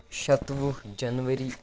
شَتوُہ جنؤری